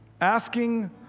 Asking